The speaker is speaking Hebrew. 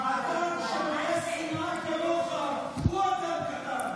אדם שמלא שנאה כמוך, הוא אדם קטן.